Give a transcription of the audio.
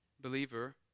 believer